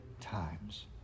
times